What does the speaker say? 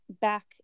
back